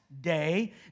day